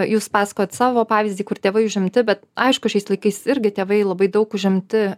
jūs pasakojot savo pavyzdį kur tėvai užimti bet aišku šiais laikais irgi tėvai labai daug užimti